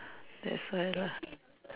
that's why lah